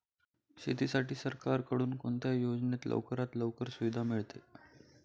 शेतीसाठी सरकारकडून कोणत्या योजनेत लवकरात लवकर सुविधा मिळते?